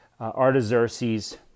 Artaxerxes